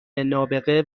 نابغه